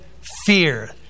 fear